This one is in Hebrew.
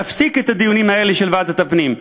תפסיק את הדיונים האלה של ועדת הפנים.